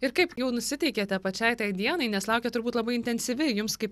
ir kaip jau nusiteikėte pačiai tai dienai nes laukia turbūt labai intensyvi jums kaip